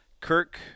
Kirk